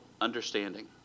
understanding